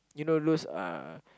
you know those uh